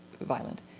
violent